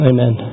Amen